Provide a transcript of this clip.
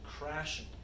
crashing